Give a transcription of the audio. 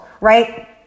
right